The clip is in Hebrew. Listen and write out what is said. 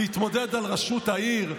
להתמודד על ראשות העיר,